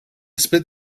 spit